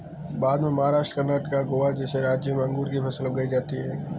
भारत में महाराष्ट्र, कर्णाटक, गोवा जैसे राज्यों में अंगूर की फसल उगाई जाती हैं